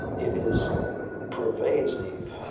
it is pervasive.